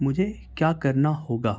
مجھے کیا کرنا ہوگا